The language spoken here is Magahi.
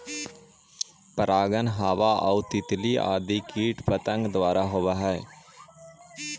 परागण हवा आउ तितली आदि कीट पतंग द्वारा होवऽ हइ